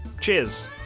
Cheers